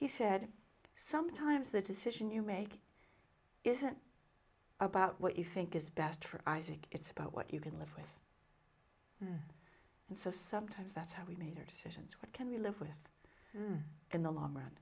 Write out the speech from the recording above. he said sometimes the decision you make isn't about what you think is best for isaac it's about what you can live with and so sometimes that's how we made our decisions what can we live with in the long run